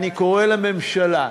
אני קורא לממשלה,